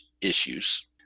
issues